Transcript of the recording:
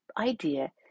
idea